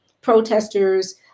protesters